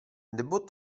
nebo